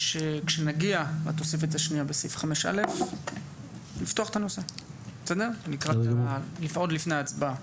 לפתוח את הנושא כשנגיע לתוספת השנייה בסעיף 5א'. עוד לפני ההצבעה.